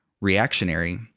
reactionary